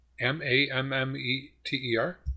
M-A-M-M-E-T-E-R